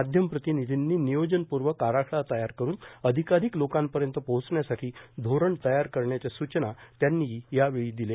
माध्यम प्रतिनिधींनी नियोजनपूर्वक आराखडा तयार करून अधिकाधिक लोकांपर्यंत पोहचण्यासाठी धोरण तयार करण्याच्या सूचना त्यांनी दिल्या